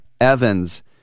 Evans